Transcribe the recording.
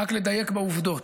רק לדייק בעובדות.